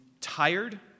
tired